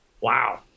Wow